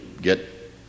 get